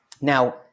Now